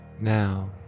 Now